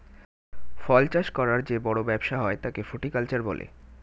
ফল চাষ করার যে বড় ব্যবসা হয় তাকে ফ্রুটিকালচার বলে